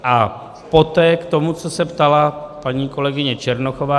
A poté k tomu, co se ptala paní kolegyně Černochová.